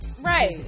Right